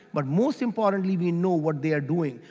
but most importantly, we know what they are doing.